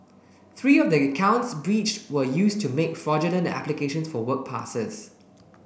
three of the accounts breached were used to make fraudulent applications for work passes